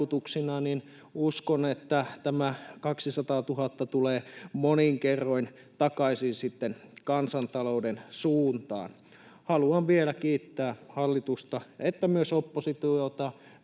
uskon, että tämä 200 000 tulee monin kerroin takaisin kansantalouden suuntaan. Haluan vielä kiittää sekä hallitusta että myös oppositiota